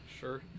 Sure